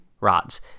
rods